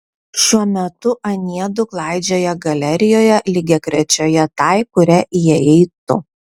šiuo metu anie du klaidžioja galerijoje lygiagrečioje tai kuria įėjai tu